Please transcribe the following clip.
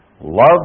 Love